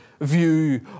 view